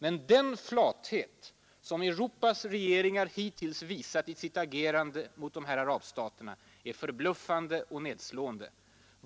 Men den flathet som Europas regeringar hittills visat i sitt agerande mot de här arabstaterna är förbluffande och nedslående.